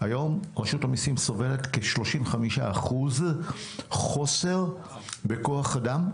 היום רשות המיסים סובלת מכ-35% חוסר בכוח אדם.